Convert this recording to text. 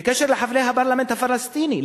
בקשר לחברי הפרלמנט הפלסטיני,